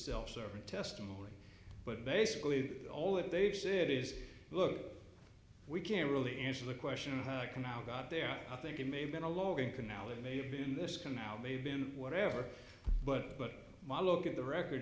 self serving testimony but basically all that they've said is look we can't really answer the question how i can now got there i think it may have been a lowing canal it may have been this canal may have been whatever but but my look at the record